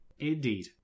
Indeed